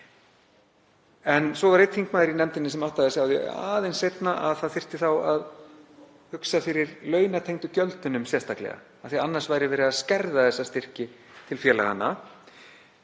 Svo var einn þingmaður í nefndinni sem áttaði sig aðeins seinna á að þá þyrfti að hugsa fyrir launatengdu gjöldunum sérstaklega af því að annars væri verið að skerða styrkina til félaganna.